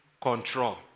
control